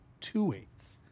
two-eighths